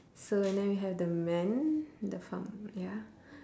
so and then we have the man the farm ya